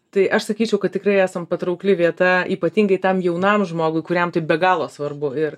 tai aš sakyčiau kad tikrai esam patraukli vieta ypatingai tam jaunam žmogui kuriam tai be galo svarbu ir